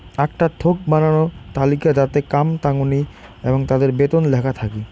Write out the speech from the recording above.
আকটা থোক বানানো তালিকা যাতে কাম তাঙনি এবং তাদের বেতন লেখা থাকি